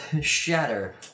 shatter